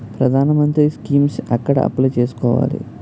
ప్రధాన మంత్రి స్కీమ్స్ ఎక్కడ అప్లయ్ చేసుకోవాలి?